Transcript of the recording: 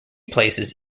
places